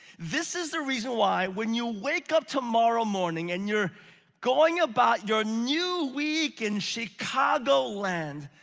this is the reason why when you wake up tomorrow morning, and you're going about your new week in chicago land,